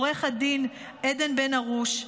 לעו"ד עדן בן ארוש,